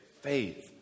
faith